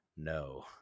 No